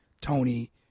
Tony